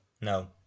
no